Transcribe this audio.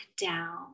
down